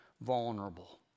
vulnerable